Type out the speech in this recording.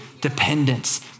dependence